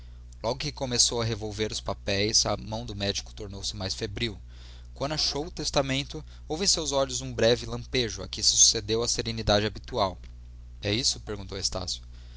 logo que começou a revolver os papéis a mão do médico tornou-se mais febril quando achou o testamento houve em seus olhos um breve lampejo a que sucedeu a serenidade habitual é isso perguntou estácio